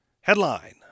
Headline